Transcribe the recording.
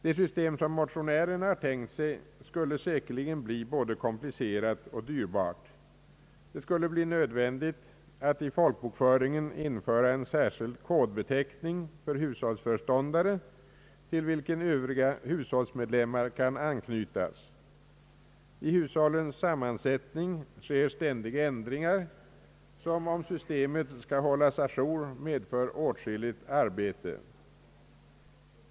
Det system som motionärerna har tänkt sig skulle säkerligen bli både komplicerat och dyrbart. Det skulle bli nödvändigt att i folkbokföringen införa en särskild kodbeteckning för hushållsföreståndare till vilken övriga hushållsmedlemmar kan anknytas. I hushållens sammansättning sker ständiga ändringar vilka, om systemet skall hållas å jour, medför åtskilligt arbete.